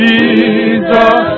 Jesus